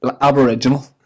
Aboriginal